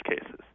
cases